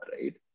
right